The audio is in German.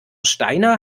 steiner